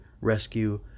rescue